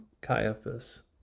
caiaphas